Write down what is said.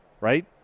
right